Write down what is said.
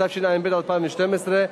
התשע"ב 2012,